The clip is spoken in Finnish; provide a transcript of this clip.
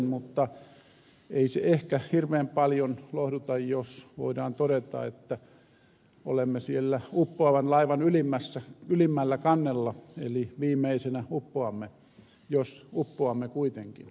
mutta ei se ehkä hirveän paljon lohduta jos voidaan todeta että olemme siellä uppoavan laivan ylimmällä kannella eli viimeisinä uppoamme jos uppoamme kuitenkin